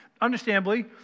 understandably